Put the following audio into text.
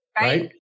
right